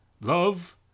Love